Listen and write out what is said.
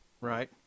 right